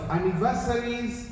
anniversaries